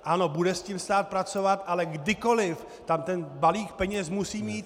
Ano, bude s tím stát pracovat, ale kdykoliv tam ten balík peněz musí mít.